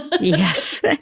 Yes